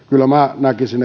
näkisin